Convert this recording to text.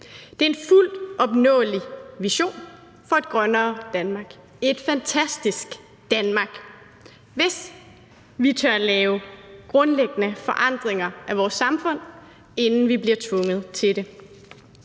Det er en fuldt opnåelig vision for et grønnere Danmark – et fantastisk Danmark – hvis vi tør lave grundlæggende forandringer af vores samfund, inden vi bliver tvunget til det.